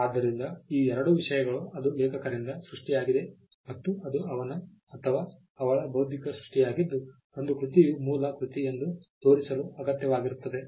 ಆದ್ದರಿಂದ ಈ ಎರಡು ವಿಷಯಗಳು ಅದು ಲೇಖಕರಿಂದ ಸೃಷ್ಟಿಯಾಗಿದೆ ಮತ್ತು ಅದು ಅವನ ಅಥವಾ ಅವಳ ಬೌದ್ಧಿಕ ಸೃಷ್ಟಿಯಾಗಿದ್ದು ಒಂದು ಕೃತಿಯು ಮೂಲ ಕೃತಿ ಎಂದು ತೋರಿಸಲು ಅಗತ್ಯವಾಗಿರುತ್ತದೆ